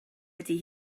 ydy